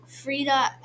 Frida